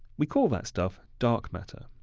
we call that stuff dark matter.